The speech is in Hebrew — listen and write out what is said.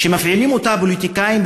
שמפעילים אותה פוליטיקאים,